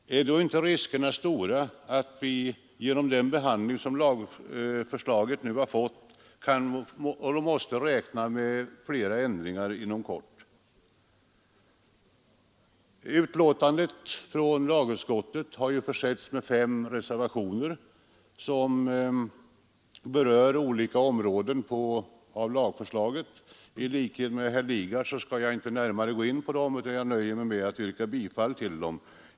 Är inte riskerna stora nu att vi genom den behandling som lagförslaget fått måste räkna med fler ändringar inom kort? Betänkandet från lagutskottet har försetts med fem reservationer som berör olika områden av lagförslaget. I likhet med herr Lidgard skall jag inte gå närmare in på dem, utan nöjer mig med att yrka bifall till dem.